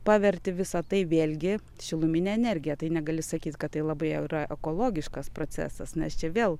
paverti visa tai vėlgi šilumine energija tai negali sakyt kad tai labai yra ekologiškas procesas nes čia vėl